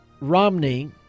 Romney